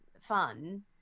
fun